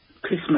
Christmas